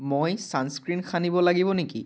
মই sunscreen সানিব লাগিব নেকি